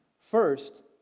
first